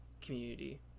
community